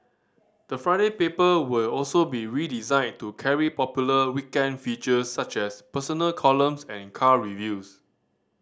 the Friday paper will also be redesigned to carry popular weekend features such as personal columns and car reviews